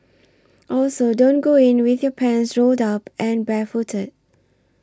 also don't go in with your pants rolled up and barefooted